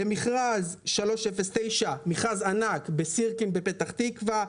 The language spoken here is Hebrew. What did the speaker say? למכרז ענק 309 בסירקין בפתח תקוה,